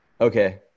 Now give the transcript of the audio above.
Okay